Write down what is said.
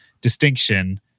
distinction